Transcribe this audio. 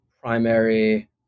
primary